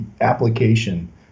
application